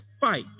fight